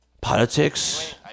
politics